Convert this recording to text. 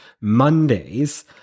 monday's